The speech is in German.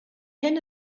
henne